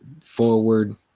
forward